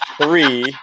three